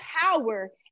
power